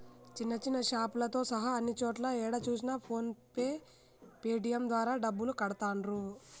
చిన్న చిన్న షాపులతో సహా అన్ని చోట్లా ఏడ చూసినా ఫోన్ పే పేటీఎం ద్వారా డబ్బులు కడతాండ్రు